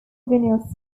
vinyl